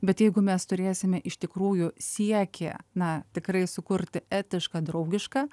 bet jeigu mes turėsime iš tikrųjų siekį na tikrai sukurti etišką draugišką